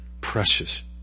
precious